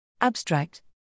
Abstract